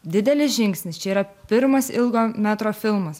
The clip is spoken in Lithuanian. didelis žingsnis čia yra pirmas ilgo metro filmas